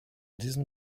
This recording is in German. diesem